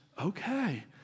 okay